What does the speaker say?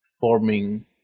forming